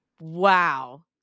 Wow